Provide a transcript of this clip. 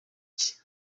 iki